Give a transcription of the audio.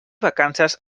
vacances